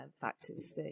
factors